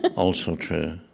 but also true.